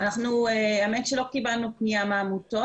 האמת שלא קיבלנו פנייה מהעמותות,